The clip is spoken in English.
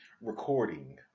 recording